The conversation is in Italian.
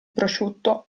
prosciutto